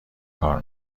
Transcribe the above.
کار